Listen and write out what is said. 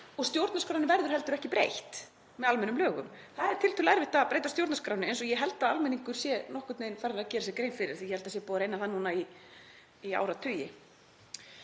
og stjórnarskránni verður heldur ekki breytt með almennum lögum. Það er tiltölulega erfitt að breyta stjórnarskránni eins og ég held að almenningur sé farinn að gera sér grein fyrir, því ég held að það sé búið að reyna það núna í áratugi.